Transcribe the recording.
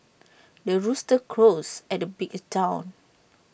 the rooster crows at the break of dawn